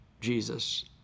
Jesus